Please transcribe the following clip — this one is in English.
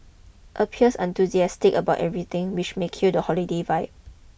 appears unenthusiastic about everything which may kill the holiday vibe